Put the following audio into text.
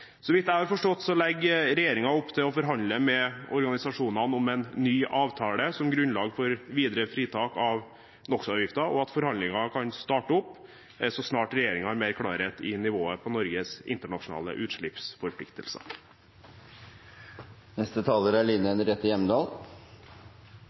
Så vidt jeg har forstått, legger regjeringen opp til å forhandle med organisasjonene om en ny avtale som grunnlag for videre fritak for NOx-avgiften, og at forhandlinger kan starte opp så snart regjeringen har mer klarhet i nivået på Norges internasjonale